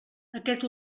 aquest